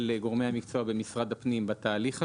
גורמי המקצוע במשרד הפנים בתהליך הזה,